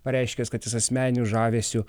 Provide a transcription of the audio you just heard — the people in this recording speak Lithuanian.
pareiškęs kad jis asmeniniu žavesiu